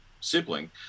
sibling